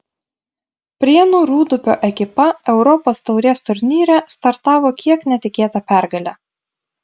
prienų rūdupio ekipa europos taurės turnyre startavo kiek netikėta pergale